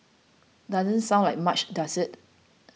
doesn't sound like much does it